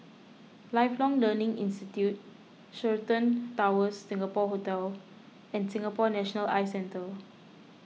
Lifelong Learning Institute Sheraton Towers Singapore Hotel and Singapore National Eye Centre